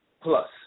plus